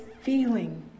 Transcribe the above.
feeling